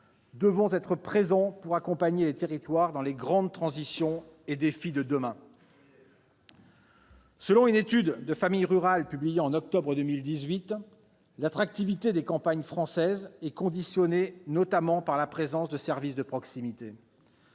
devons être présents pour accompagner les territoires dans les grandes transitions et les grands défis de demain. Très bien ! Selon une étude de publiée en octobre 2018, l'attractivité des campagnes françaises est conditionnée notamment par la présence de services de proximité.